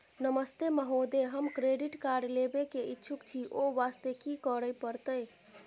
नमस्ते महोदय, हम credit card लेबे के इच्छुक छि ओ वास्ते की करै परतै?